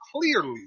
clearly